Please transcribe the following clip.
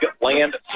Land